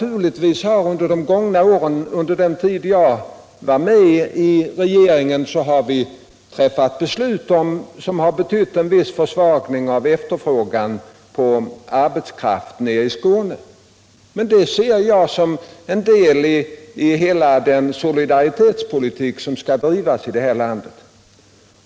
Under den tid jag var med i regeringen har vi naturligtvis fattat beslut som betytt en viss försvagning av efterfrågan på arbetskraft nere i Skåne, men det ser jag som en del i hela den solidaritetspolitik som skall drivas här i landet.